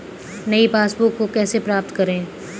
नई पासबुक को कैसे प्राप्त करें?